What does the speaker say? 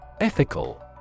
Ethical